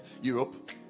Europe